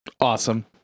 Awesome